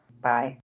Bye